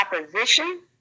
opposition